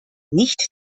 nicht